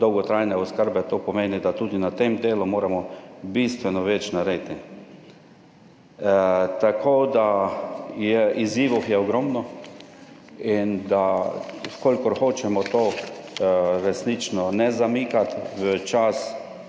dolgotrajne oskrbe, to pomeni, da tudi na tem delu moramo bistveno več narediti. Tako da, izzivov je ogromno, in da v kolikor hočemo to resnično ne zamikati v čas